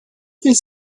his